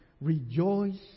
rejoice